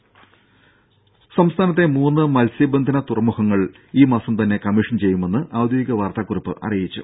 രുര സംസ്ഥാനത്തെ മൂന്ന് മത്സ്യബന്ധന തുറമുഖങ്ങൾ ഈ മാസം തന്നെ കമ്മീഷൻ ചെയ്യുമെന്ന് ഔദ്യോഗിക വാർത്താ കുറിപ്പിൽ അറിയിച്ചു